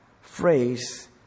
phrase